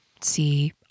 see